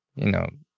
you know,